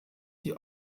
die